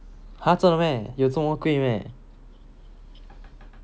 !huh! 真的 meh 有这么贵 meh